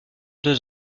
deux